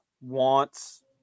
wants